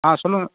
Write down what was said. ஆ சொல்லுங்கள்